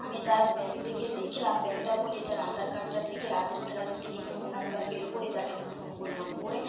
আমি তার ব্যাগ থেকে দেখলাম ব্যাগটা খুলে তার আধার কার্ডটা দেখে আধার কার্ড থেকে ফোন নম্বর বের করে তাকে আমি ফোন করলাম করে